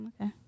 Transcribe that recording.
Okay